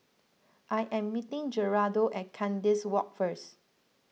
I am meeting Geraldo at Kandis Walk first